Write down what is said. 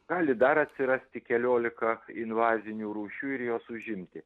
gali dar atsirasti keliolika invazinių rūšių ir jos užimti